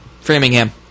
Framingham